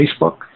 Facebook